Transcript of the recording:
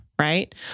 right